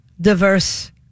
diverse